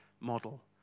model